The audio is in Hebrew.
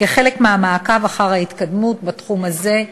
כחלק מהמעקב אחר ההתקדמות בתחום הזה.